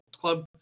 Club